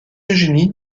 eugénie